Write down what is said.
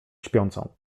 śpiącą